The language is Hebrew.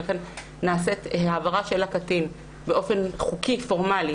ולכן נעשית העברה של קטין באופן חוקי פורמלי,